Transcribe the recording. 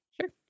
Sure